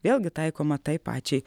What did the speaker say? vėlgi taikoma tai pačiai